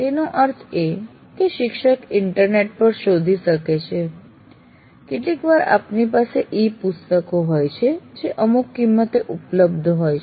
તેનો અર્થ એ કે શિક્ષક ઇન્ટરનેટ પર શોધી શકે છે કેટલીકવાર આપની પાસે ઇ પુસ્તકો હોય છે જે અમુક કિંમતે ઉપલબ્ધ હોય છે